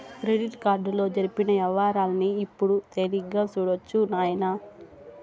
credit కార్డుతో జరిపిన యవ్వారాల్ని ఇప్పుడు తేలిగ్గా సూడొచ్చు నాయనా